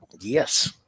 Yes